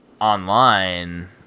online